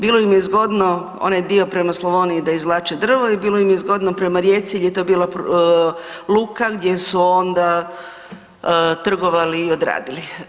Bilo im je zgodno onaj dio prema Slavoniji da izvlače drvo i bilo im je zgodno prema Rijeci jer je to bila luka gdje su onda trgovali i odradili.